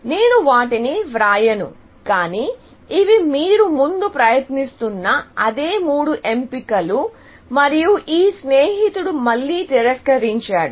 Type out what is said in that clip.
నేను వాటిని వ్రాయను కానీ ఇవి మీరు ముందు ప్రయత్నిస్తున్న అదే మూడు ఎంపికలు మరియు మీ స్నేహితుడు మళ్ళీ తిరస్కరించాడు